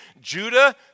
Judah